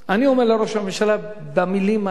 אני אומר לראש הממשלה במלים האלה: